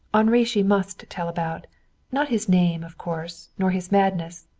henri she must tell about not his name of course, nor his madness,